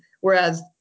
Whereas